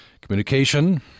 communication